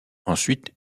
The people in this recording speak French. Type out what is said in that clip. ensuite